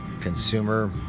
consumer